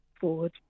forward